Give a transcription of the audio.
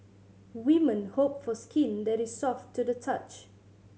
women hope for skin that is soft to the touch